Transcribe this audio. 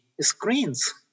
screens